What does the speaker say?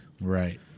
Right